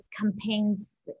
campaigns